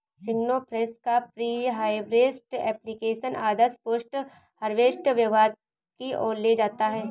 सिग्नाफ्रेश का pre harvest application आदर्श post harvest व्यवहार की ओर ले जाता है